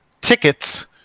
tickets